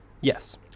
Yes